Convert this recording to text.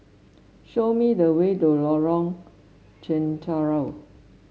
show me the way to Lorong Chencharu